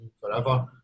forever